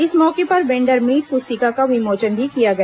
इस मौके पर वेंडर मीट पुस्तिका का विमोचन भी किया गया